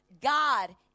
God